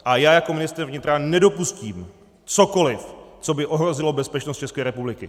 A já jako ministr vnitra nedopustím cokoliv, co by ohrozilo bezpečnost České republiky.